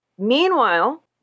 Meanwhile